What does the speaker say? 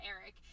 Eric